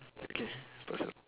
okay personal